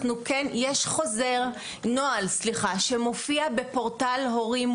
יש נוהל שמופיע בפורטל הורים,